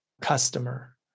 customer